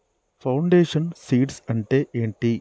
Foundation seeds అంటే ఏంటి?